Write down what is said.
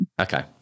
Okay